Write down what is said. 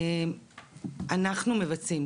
אנחנו מבצעים.